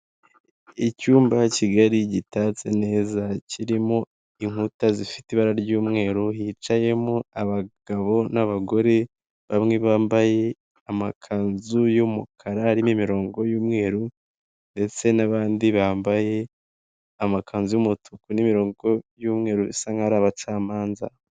Icyumba kigari gitatse neza, kirimo inkuta zifite ibara ry'umweru, hicayemo abagabo n'abagore, bamwe bambaye amakanzu y'umukara arimo imirongo y'umweru ndetse n'abandi bambaye amakanzu y'umutuku n'imirongo y'umweru bisa nkaho ari abacamanza.